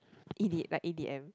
E_D like E_D_M